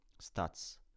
stats